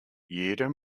jeder